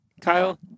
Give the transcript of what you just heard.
Kyle